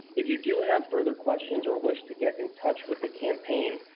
if you do have further questions or wish to get in touch with the campaign,